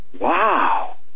wow